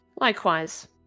Likewise